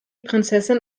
prinzessin